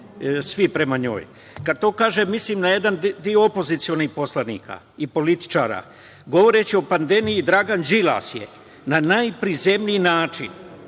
svi prema njoj. Kad to kažem, mislim na jedan deo opozicionih poslanika i političara. Govoreći o pandemiji Dragan Đilas je na najprizemniji način